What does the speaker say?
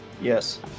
Yes